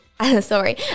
Sorry